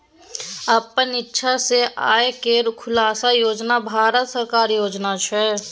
अपन इक्षा सँ आय केर खुलासा योजन भारत सरकारक योजना छै